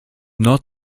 not